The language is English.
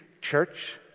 church